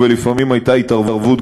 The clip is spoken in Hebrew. ולפעמים הייתה התערבות,